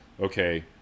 okay